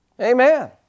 Amen